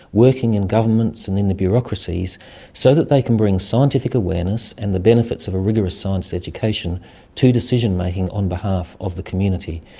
working in governments and in the bureaucracies so that they can bring scientific awareness and the benefits of a rigorous science education to decision-making on behalf of the community.